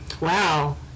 Wow